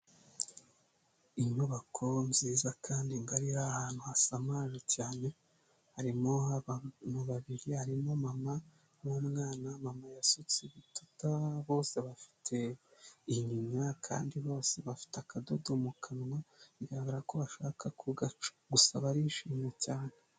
Inyubako nziza kandi ngari iri ahantu hasamaje cyane, harimo abantu babiri harimo umumama n'umwana, mama yasutse ibituta, bose bafite inyinya kandi bose bafite akadodo mu kanwa, bigaragara ko bashaka kugaca gusa barishimye cyane.